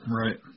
right